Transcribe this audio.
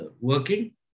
working